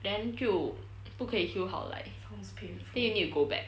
then 就不可以 heal 好来 then you need to go back